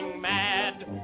mad